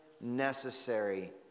necessary